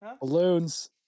Balloons